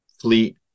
fleet